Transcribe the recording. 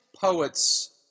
poets